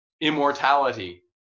immortality